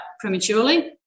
prematurely